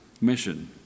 mission